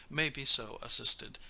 may be so assisted,